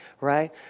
right